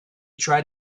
tried